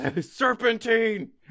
Serpentine